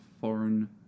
foreign